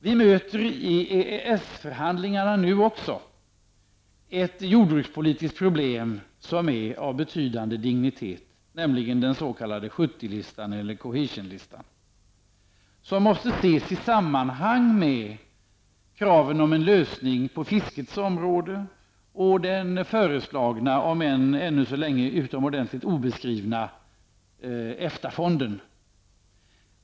Vi möter i EES förhandlingarna ett jordbrukspolitiskt problem som är av betydande dignitet, nämligen den s.k. 70 listan eller cohesion-listan. Den måste ses i ett sammanhang med kraven på en lösning på fiskets område och den föreslagna, om än så länge utomordentligt obeskrivna, EFTA-fonden.